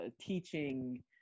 teaching